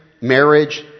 marriage